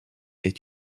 est